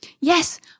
Yes